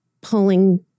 pulling